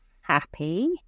happy